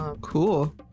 Cool